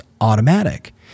automatic